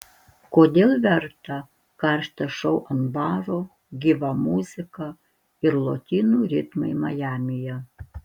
kodėl verta karštas šou ant baro gyva muzika ir lotynų ritmai majamyje